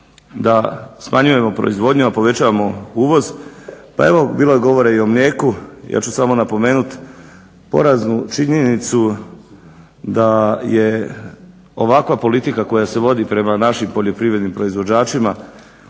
da smanjujemo proizvodnju a povećavamo uvoz, pa evo bilo je govora i o mlijeku, ja ću samo napomenut poraznu činjenicu da je ovakva politika koja se vodi prema našim poljoprivrednim proizvođačima